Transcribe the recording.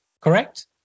correct